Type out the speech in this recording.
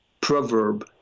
proverb